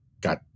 got